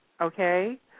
okay